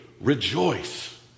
rejoice